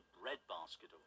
breadbasket